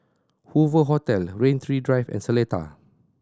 Hoover Hotel Rain Tree Drive and Seletar